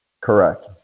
Correct